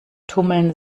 tummeln